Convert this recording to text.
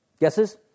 Guesses